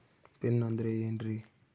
Pin ಅಂದ್ರೆ ಏನ್ರಿ?